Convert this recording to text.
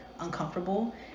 uncomfortable